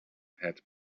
had